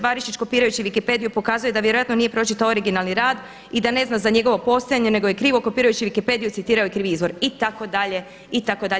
Barišić kopirajući Wikipediju pokazuje da vjerojatno nije pročitao originalni rad i da ne zna za njegovo postojanje, nego je krivo kopirajući Wikipediju citirao krivi izvor itd. itd.